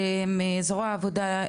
זרוע העבודה,